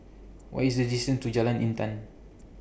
What IS The distance to Jalan Intan